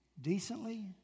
Decently